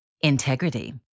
Integrity